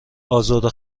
ازرده